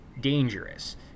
dangerous